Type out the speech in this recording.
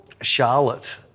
Charlotte